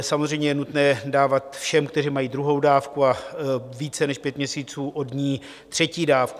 Samozřejmě je nutné dávat všem, kteří mají druhou dávku a více než pět měsíců od ní, třetí dávku.